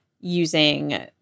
using